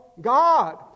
God